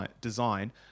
design